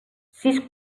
sis